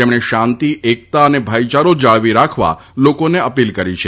તેમણે શાંતિ એકતા અને ભાઇયારો જાળવી રાખવા લોકોને અપીલ કરી છે